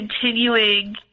continuing